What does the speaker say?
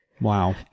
Wow